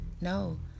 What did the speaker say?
No